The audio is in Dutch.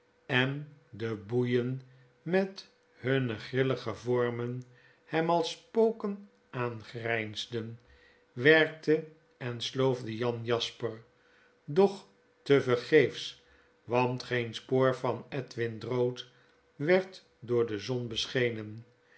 en de boeien met hunne grillige vormen hem als spoken aangrjjnsden werkte en sloofde jan jasper dochtevergeefs want geen spoor van edwin drood werd door de zon beschenen